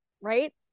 Right